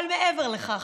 אבל מעבר לכך,